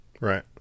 Right